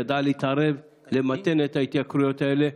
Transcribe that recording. ידעה להתערב ולמתן את ההתייקרויות האלה.